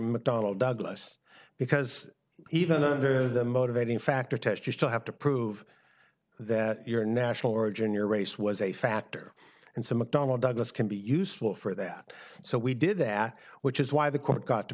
mcdonnell douglas because even under the motivating factor test you still have to prove that your national origin your race was a factor and some mcdonnell douglas can be useful for that so we did that which is why the court got to